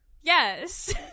Yes